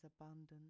abundant